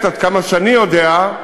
עד כמה שאני יודע,